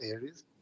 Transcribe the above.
areas